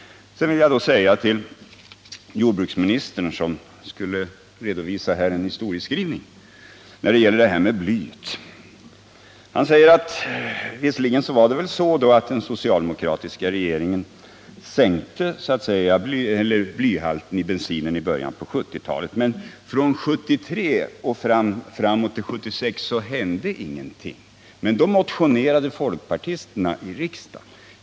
Sedan vill jag säga några ord till jordbruksministern, som skulle göra en historieskrivning när det gäller blyet. Visserligen var det väl så, säger han, att den socialdemokratiska regeringen medverkade till den sänkta blyhalten i bensin i början på 1970-talet, men från 1973 fram till 1976 hände ingenting. Då motionerade emellertid folkpartisterna i riksdagen i frågan.